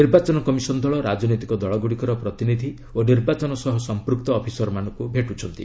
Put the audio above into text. ନିର୍ବାଚନ କମିଶନ୍ ଦଳ ରାଜନୈତିକ ଦଳଗୁଡ଼ିକର ପ୍ରତିନିଧି ଓ ନିର୍ବାଚନ ସହ ସମ୍ପ୍ଧକ୍ତ ଅଫିସର୍ମାନଙ୍କୁ ଭେଟୁଛନ୍ତି